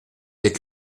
êtes